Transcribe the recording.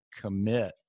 commit